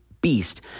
beast